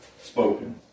spoken